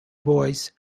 bois